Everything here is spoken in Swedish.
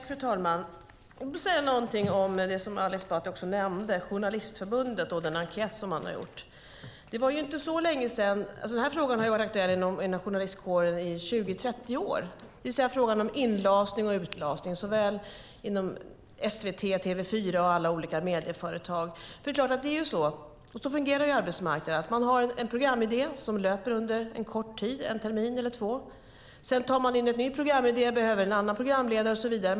Fru talman! Låt mig säga något om att Ali Esbati nämnde Journalistförbundet och enkäten. Frågan har varit aktuell inom journalistkåren i 20-30 år, det vill säga frågan om inlasning och utlasning inom SVT, TV4 och andra medieföretag. Så fungerar arbetsmarknaden. Det finns en programidé som löper under en kort tid, en termin eller två. Sedan tas en ny programidé in, och det behövs en annan programledare och så vidare.